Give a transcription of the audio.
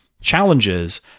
challenges